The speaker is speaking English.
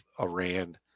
iran